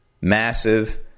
massive